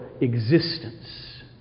existence